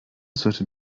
sollte